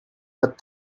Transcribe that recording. but